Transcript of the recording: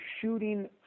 shooting